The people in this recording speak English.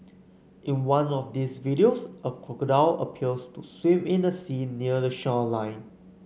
in one of these videos a crocodile appears to swim in the sea near the shoreline